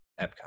Epcot